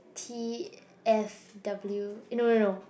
T_F_W eh no no no